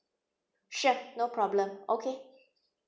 sure no problem okay